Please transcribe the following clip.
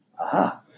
Aha